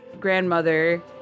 grandmother